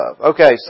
Okay